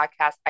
podcast